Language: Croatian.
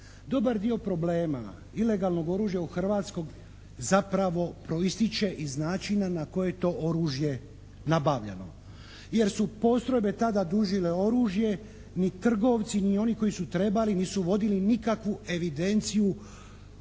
Dobar dio problema ilegalnog oružja u Hrvatskoj zapravo proističe iz načina na koji to oružje nabavljamo jer su postrojbe tada dužile oružje ni trgovci ni oni koji su trebali nisu vodili nikakvu evidenciju,